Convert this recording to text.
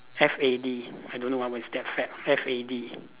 F A D I don't know what word is that fad F A D